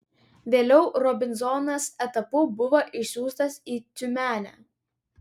vėliau robinzonas etapu buvo išsiųstas į tiumenę